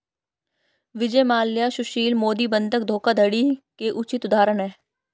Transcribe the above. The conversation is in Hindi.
विजय माल्या सुशील मोदी बंधक धोखाधड़ी के उचित उदाहरण है